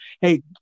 Hey